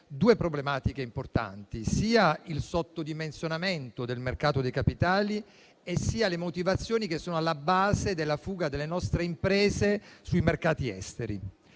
due problematiche importanti: sia il sottodimensionamento del mercato dei capitali, sia le motivazioni che sono alla base della fuga delle nostre imprese sui mercati esteri.